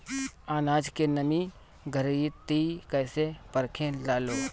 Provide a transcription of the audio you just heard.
आनाज के नमी घरयीत कैसे परखे लालो?